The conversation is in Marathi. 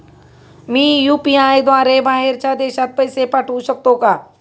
मी यु.पी.आय द्वारे बाहेरच्या देशात पैसे पाठवू शकतो का?